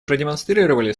продемонстрировали